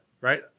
right